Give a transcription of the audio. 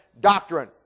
doctrine